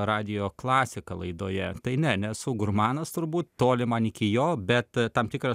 radijo klasika laidoje tai ne nesu gurmanas turbūt toli man iki jo bet tam tikrą